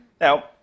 Now